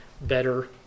better